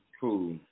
cool